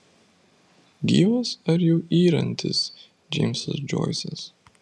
gyvas ar jau yrantis džeimsas džoisas